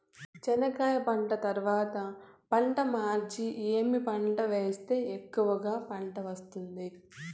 చెనక్కాయ పంట తర్వాత పంట మార్చి ఏమి పంట వేస్తే ఎక్కువగా పంట వస్తుంది?